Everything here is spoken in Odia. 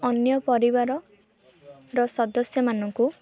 ଅନ୍ୟ ପରିବାର ର ସଦସ୍ୟ ମାନଙ୍କୁ